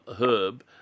herb